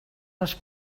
les